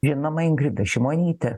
žinoma ingrida šimonytė